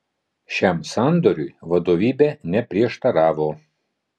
šiam sandoriui vadovybė neprieštaravo